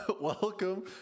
welcome